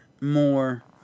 more